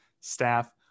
staff